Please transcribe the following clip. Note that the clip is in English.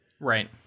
Right